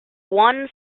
one